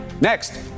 Next